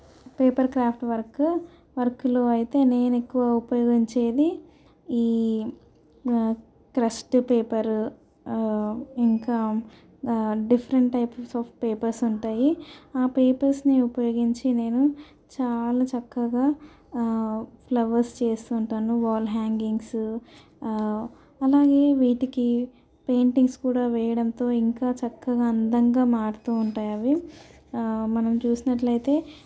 paper craft work వర్క్లో అయితే నేను ఎక్కువ ఉపయోగించేది ఈ క్రస్ట్ పేపర్ ఇంకా డిఫరెంట్ టైప్స్ ఆఫ్ పేపర్స్ ఉంటాయి ఆ పేపర్స్ని ఉపయోగించి నేను చాలా చక్కగా ఫ్లవర్స్ చేస్తుంటాను వాల్ హ్యాంగింగ్స్ అలాగే వీటికి పెయింటింగ్స్ కూడా వేయడంతో ఇంకా చక్కగా అందంగా మారుతూ ఉంటాయి అవి మనం చూసినట్లయితే